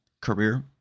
Career